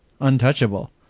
Untouchable